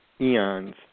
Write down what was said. eons